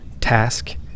task